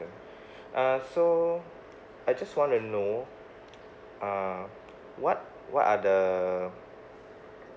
uh so I just want to know uh what what are the